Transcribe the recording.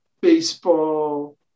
baseball